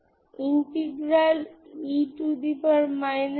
কিভাবে এই কন্সট্যান্ট খুঁজে পাবেন